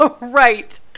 right